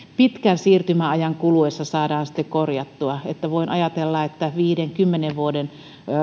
pitkän siirtymäajan kuluessa saadaan sitten korjattua niin että voin ajatella että viiden viiva kymmenen vuoden